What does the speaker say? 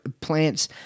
plants